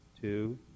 two